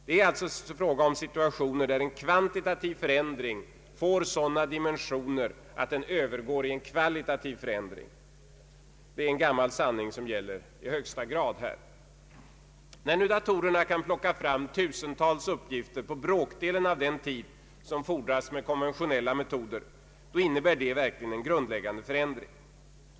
Det finns ju ändå situationer där en kvantitativ förändring får sådana dimensioner att den övergår i en kvalitativ förändring. Denna gamla sanning gäller i högsta grad just här. När datorerna kan plocka fram tusentals uppgifter på bråkdelen av den tid som erfordras för konventionella metoder, innebär det verkligen en grundläggande förändring.